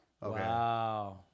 Wow